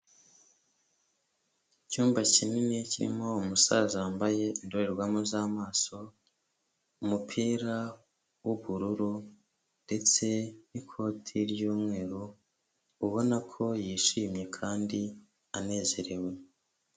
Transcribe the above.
Icyumba kinini kirimo umusaza wambaye indorerwamo z'amaso, umupira w'ubururu ndetse n'ikoti ry'umweru, ubona ko yishimye kandi anezerewe.